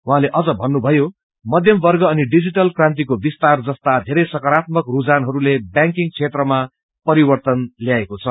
उहाँले भन्नुम्ज्यो मध्यम वर्ग अनि डिजिटल क्रान्तिको विस्तार जस्ता धेरै सकारात्मक रूझानहरूले बैंकिकङ क्षेत्रमा परिवर्तन ल्याएको छ